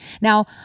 Now